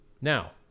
Now